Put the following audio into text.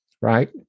right